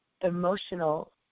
emotional